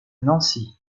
nancy